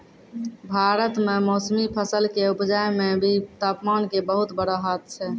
भारत मॅ मौसमी फसल कॅ उपजाय मॅ भी तामपान के बहुत बड़ो हाथ छै